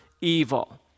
evil